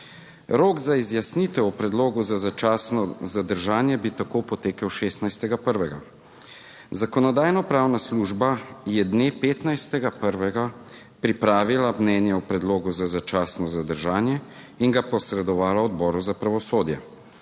rok za izjasnitev o predlogu za začasno zadržanje bi tako potekel 16. 1. Zakonodajno-pravna služba je dne 15. 1. pripravila mnenje o predlogu za začasno zadržanje in ga posredovala Odboru za pravosodje,